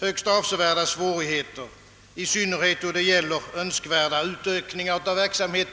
högst avsevärda svårigheter, i synnerhet då det gäller önskvärda utökningar av verksamheten.